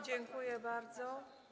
Dziękuję bardzo.